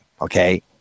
Okay